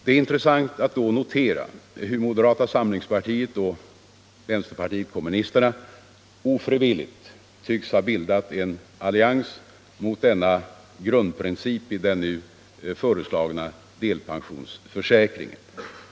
Det är intressant att då notera hur moderata samlingspartiet och vänsterpartiet kommunisterna ofrivilligt tycks ha bildat en allians mot denna grundprincip i den nu föreslagna delpensionsförsäkringen.